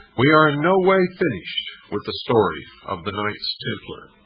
we are in no way finished with the story of the knights templar.